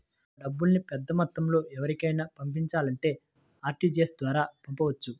మనం డబ్బుల్ని పెద్దమొత్తంలో ఎవరికైనా పంపించాలంటే ఆర్టీజీయస్ ద్వారా పంపొచ్చు